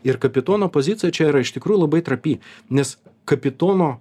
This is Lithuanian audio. ir kapitono pozicija čia yra iš tikrųjų labai trapi nes kapitono